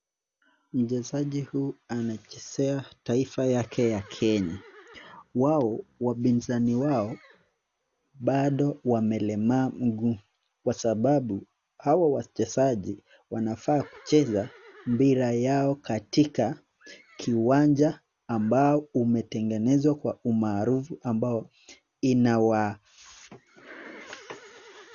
Mchezaji huyu anachezea taifa yake ya Kenya, wapinzani wao bado wamelemaa mguu kwa sababu hawa wachezaji wanafaa kucheza mpira wao katika kiwanja ambao umetengenezwa kwa umaarufu ambao inawa.